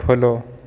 follow